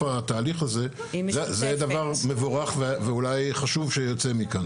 התהליך הזה זה דבר מבורך ואולי חשוב שיוצא מכאן.